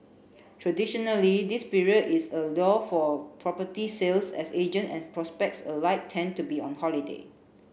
traditionally this period is a lull for property sales as agent and prospects alike tend to be on holiday